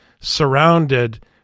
surrounded